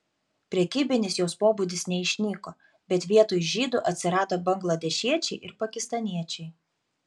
prekybinis jos pobūdis neišnyko bet vietoj žydų atsirado bangladešiečiai ir pakistaniečiai